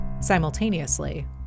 Simultaneously